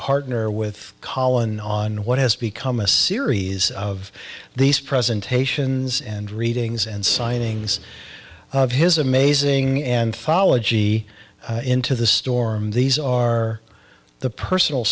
partner with collin on what has become a series of these presentations and readings and signings of his amazing anthology into the storm these are the personal